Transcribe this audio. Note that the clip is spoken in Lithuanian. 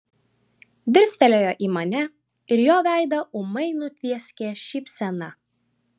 dirstelėjo į mane ir jo veidą ūmai nutvieskė šypsena